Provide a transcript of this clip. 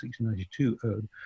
1692